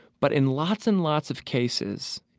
but in lots and lots of cases,